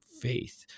faith